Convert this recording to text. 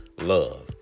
love